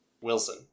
Wilson